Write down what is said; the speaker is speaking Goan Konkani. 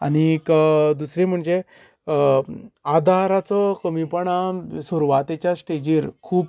आनीक अ दूुसरे म्हणजे अ आदाराचो कमीपणां सुरवातेच्या स्टेजीर खूब आसता